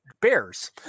bears